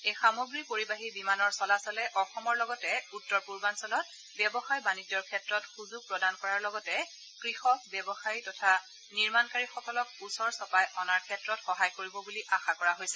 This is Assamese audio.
এই সামগ্ৰী পৰিবাহী বিমানৰ চলাচলে অসমৰ লগতে উত্তৰ পূৰ্বাঞ্চলত ব্যৱসায় বাণিজ্যৰ ক্ষেত্ৰত সুযোগ প্ৰদান কৰাৰ লগতে কৃষক ব্যৱসায়ী তথা নিৰ্মণকাৰীসকলক ওচৰ চপাই অনাৰ ক্ষেত্ৰত সহায় কৰিব বুলি আশা কৰা হৈছে